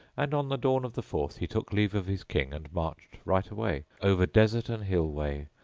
and on the dawn of the fourth he took leave of his king and marched right away, over desert and hill' way,